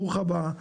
ברוך הבא,